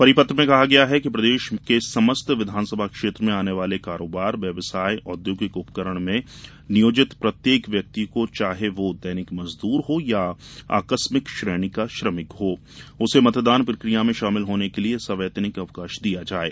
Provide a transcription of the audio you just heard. परिपत्र में कहा गया है कि प्रदेश के समस्त विधानसभा क्षेत्र में आने वाले कारोबार व्यवसाय औद्योगिक उपकरण में नियोजित प्रत्येक व्यक्ति को चाहे वह दैनिक मजदूर हो अथवा आकस्मिक श्रेणी का श्रमिक हो उसे मतदान प्रक्रिया में शामिल होने के लिये सवैतनिक अवकाश दिया जाये